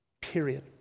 Period